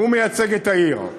הוא מייצג את העיר,